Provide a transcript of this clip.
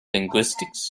linguistics